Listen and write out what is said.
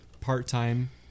part-time